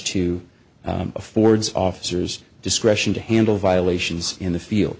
two affords officers discretion to handle violations in the field